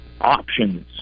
options